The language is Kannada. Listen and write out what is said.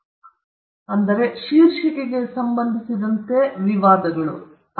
ಈಗ ಪೆನ್ ಮಾಲೀಕತ್ವವನ್ನು ಶೀರ್ಷಿಕೆಗೆ ಸಂಬಂಧಿಸಿದಂತೆ ಈ ಎಲ್ಲಾ ವಿಷಯಗಳು ವಿವಾದಗಳಾಗಿವೆ